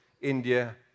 India